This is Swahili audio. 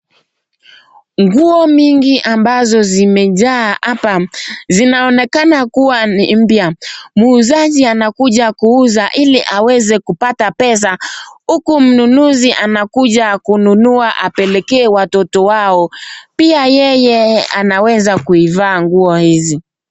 Nguo mingi ambazo zimejaa hapa. Zinaonekana kuwa ni mpya. Muuzaji anakuja kuuza ili aweze kupata pesa huku mnunuzi anakuja kununua apelekee watoto wao. Pia yeye anaweza kuivaa nguo hizi.